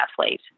athlete